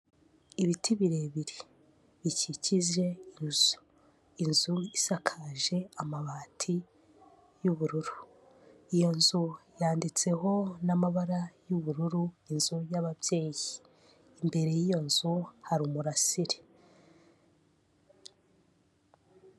Ibiti birebire bikikije inzu. Inzu isakaje amabati y'ubururu. Iyo nzu yanditseho n'amabara y'ubururu, inzu y'ababyeyi. Imbere y'iyo nzu hari umurasire.